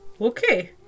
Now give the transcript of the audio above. Okay